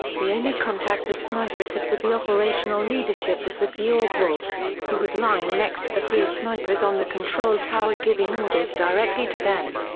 the only contact the snipers had with the operational leadership was with georg wolf, who was lying next to the three snipers on the control tower giving orders directly to them.